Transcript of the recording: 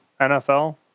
NFL